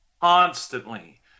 constantly